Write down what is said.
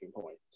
points